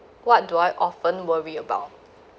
what do I often worry about